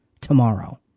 tomorrow